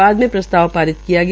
बाद में प्रस्ताव पारित किया गया